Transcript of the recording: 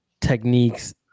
techniques